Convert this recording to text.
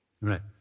right